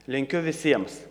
linkiu visiems